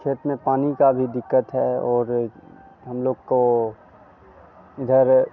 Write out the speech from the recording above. खेत में पानी का भी दिक्कत है और हम लोग को इधर